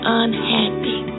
unhappy